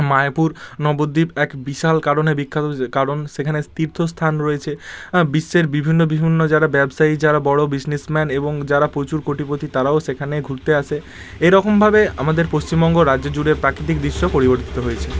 মায়াপুর নবদ্বীপ এক বিশাল কারণে বিখ্যাত কারণ সেখানে তীর্থস্থান রয়েছে বিশ্বের বিভিন্ন বিভিন্ন যারা ব্যবসায়ী যারা বড়ো বিসনেসম্যান এবং যারা প্রচুর কোটিপতি তারাও সেখানে ঘুরতে আসে এরকমভাবে আমাদের পশ্চিমবঙ্গ রাজ্য জুড়ে প্রাকৃতিক দৃশ্য পরিবর্তিত হয়েছে